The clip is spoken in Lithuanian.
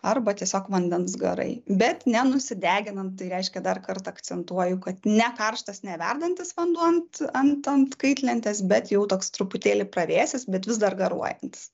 arba tiesiog vandens garai bet nenusideginant tai reiškia dar kartą akcentuoju kad ne karštas ne verdantis vanduo ant ant ant kaitlentės bet jau toks truputėlį pravėsęs bet vis dar garuojantis